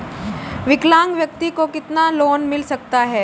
विकलांग व्यक्ति को कितना लोंन मिल सकता है?